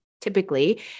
typically